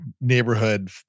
neighborhood